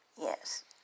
Yes